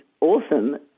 awesome